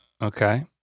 Okay